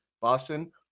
boston